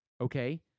Okay